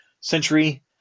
Century